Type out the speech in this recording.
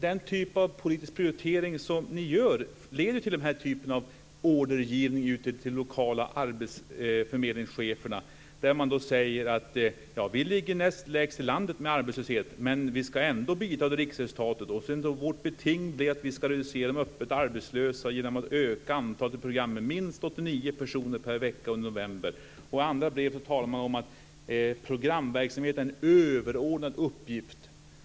Den typ av politisk prioritering som ni gör leder till denna typ av ordergivning ut till de lokala arbetsförmedlingscheferna. De säger: Vi ligger näst lägst i landet vad gäller arbetslösheten, men vi ska ändå bidra till riksresultatet. Vårt beting är att vi ska reducera antalet öppet arbetslösa genom att öka antalet personer i program med minst 89 personer per vecka under november. Andra säger, fru talman, att programverksamheten är en överordnad uppgift.